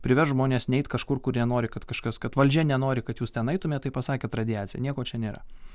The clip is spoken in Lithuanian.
privers žmones neit kažkur kur jie nori kad kažkas kad valdžia nenori kad jūs ten eitumėt tai pasakė radiacija nieko čia nėra